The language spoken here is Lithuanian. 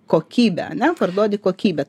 kokybę ar ne parduodi kokybę